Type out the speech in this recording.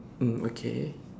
mm okay